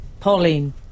Pauline